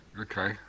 Okay